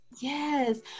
Yes